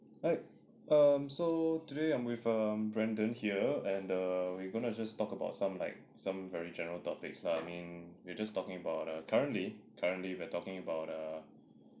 hi um so today I'm with um brandon here and err we're gonna just talk about some like some very general topics lah I mean you just talking about err currently currently we're talking about err